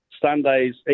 Sundays